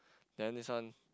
then this one